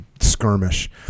skirmish